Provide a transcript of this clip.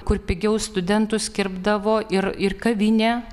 kur pigiau studentus kirpdavo ir ir kavinė